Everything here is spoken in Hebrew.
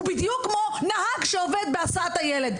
הוא בדיוק כמו נהג שעובד בהסעת הילד.